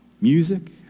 Music